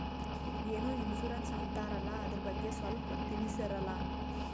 ಏನೋ ಇನ್ಸೂರೆನ್ಸ್ ಅಂತಾರಲ್ಲ, ಅದರ ಬಗ್ಗೆ ಸ್ವಲ್ಪ ತಿಳಿಸರಲಾ?